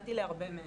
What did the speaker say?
והתקבלתי להרבה מהם.